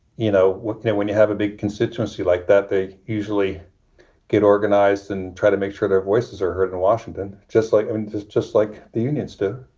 you know what, you know, when you have a big constituency like that, they usually get organized and try to make sure their voices are heard in washington, just like i it's just like the unions do